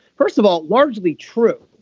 first of all largely true.